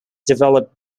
developed